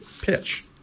pitch